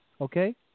okay